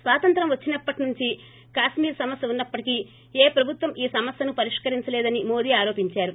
స్వాతంత్ర్యం వచ్చినప్పటి నుంచి కాశ్మీర్ సమస్య ఉన్నప్పటికీ ఏ ప్రభుత్వం ఈ సమస్యను పరిష్కరించలేదని మోదీ ఆరోపించారు